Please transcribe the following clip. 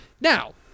Now